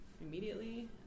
immediately